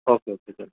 okay okay ચાલો